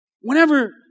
Whenever